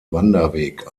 wanderweg